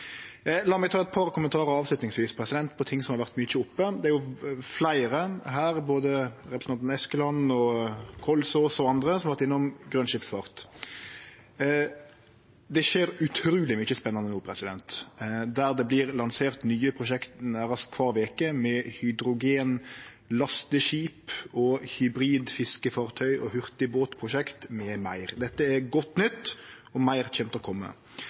La meg avslutningsvis ta eit par kommentarar til ting som har vore mykje oppe. Det er fleire her, både representantane Eskeland, Kalsås og andre, som har vore innom grøn skipsfart. Det skjer utruleg mykje spennande no. Det vert lansert nye prosjekt nærast kvar veke – hydrogenlasteskip, hybridfiskefartøy og hurtigbåtprosjekt, m.m. Dette er godt nytt, og meir kjem til å kome.